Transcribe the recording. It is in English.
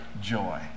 joy